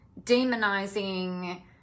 demonizing